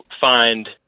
find